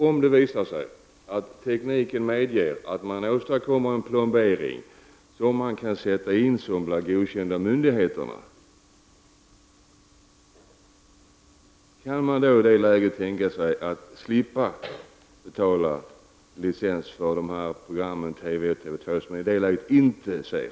Om det visar sig att tekniken medger att man åstadkommer en plombering som man kan sätta in och som blir godkänd av myndigheterna, kan man då tänka sig att man slipper betala licens för de program i Kanal 1 och TV 2 som man i det läget inte ser?